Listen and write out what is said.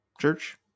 church